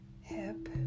hip